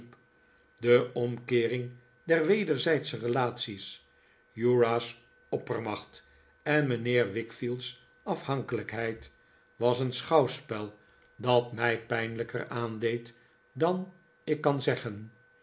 de omkeering der wederzijdsche relaties uriah's oppermacht en mijnheer wickfield's afhankelijkheid was een schouwspel dat mij pijnlijker aandeed dan ik kan zeggen